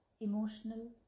emotional